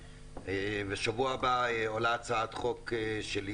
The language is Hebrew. ושבוע הבא עולה הצעת חוק שלי,